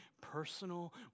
personal